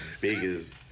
biggest